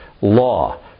law